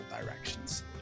directions